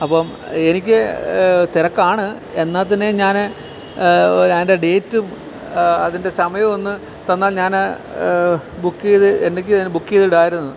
അപ്പം എനിക്ക് തിരക്കാണ് എന്നാൽത്തന്നെ ഞാൻ അതിൻ്റെ ഡേറ്റും അതിൻ്റെ സമയവും ഒന്ന് തന്നാൽ ഞാൻ ബുക്ക് ചെയ്ത് എനിക്ക് ബുക്ക് ചെയ്ത് ഇടാമായിരുന്നു